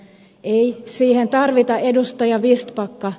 ei siihen tarvita ed